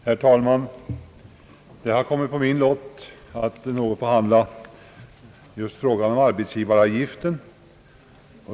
Herr talman! Det har kommit på min lott att något behandla just frågan om arbetsgivaravgiften.